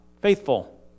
Faithful